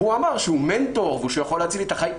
והוא אמר שהוא מנטור ושהוא יכול להציל לי את החיים.